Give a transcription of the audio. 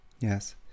Yes